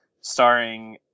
starring